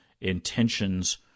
intentions